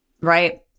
right